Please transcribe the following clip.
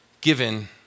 given